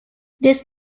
this